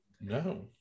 No